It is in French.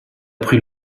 pris